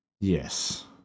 Yes